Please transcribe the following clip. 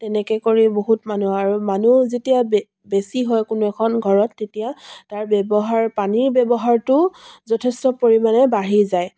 এনেকৈ কৰি বহুত মানুহ আৰু মানুহ যেতিয়া বেছি হয় কোনো এখন ঘৰত তেতিয়া তাৰ ব্যৱহাৰ পানীৰ ব্যৱহাৰটোও যথেষ্ট পৰিমাণে বাঢ়ি যায়